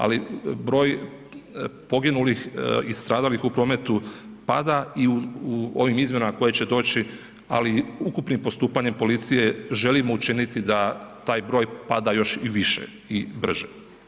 Ali, broj poginulih i stradalih u prometu pada i u ovom izmjenama koje će doći, ali i ukupnim postupanjem policije, želimo učiniti da taj broj pada još i više i brže.